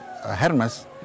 Hermes